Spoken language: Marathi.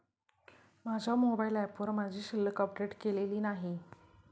माझ्या मोबाइल ऍपवर माझी शिल्लक अपडेट केलेली नाही